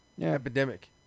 epidemic